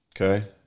Okay